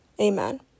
Amen